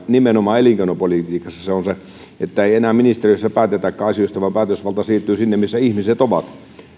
nimenomaan elinkeinopolitiikassa on niin että ei enää ministeriössä päätetäkään asioista vaan päätösvalta siirtyy sinne missä ihmiset ovat